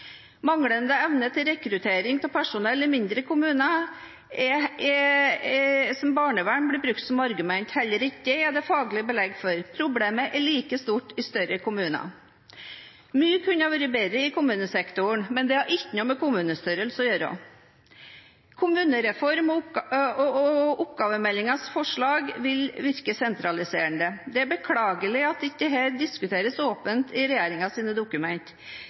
Manglende evne til rekruttering av personell i mindre kommuner, som til barnevernet, blir brukt som argument. Heller ikke dette er det faglig belegg for. Problemet er like stort i større kommuner. Mye kunne vært bedre i kommunesektoren, men det har ikke noe med kommunestørrelse å gjøre. Kommunereformen og oppgavemeldingens forslag vil virke sentraliserende. Det er beklagelig at dette ikke diskuteres åpent i